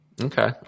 Okay